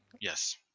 Yes